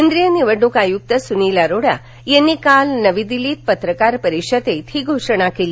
केंद्रीय निवडणूक आयुक्त सुनील अरोरा यांनी काल नवी दिल्लीत पत्रकार परिषदेत ही घोषणा केली